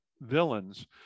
villains